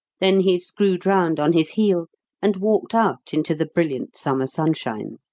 then he screwed round on his heel and walked out into the brilliant summer sunshine.